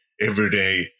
everyday